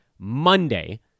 Monday